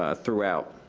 ah throughout.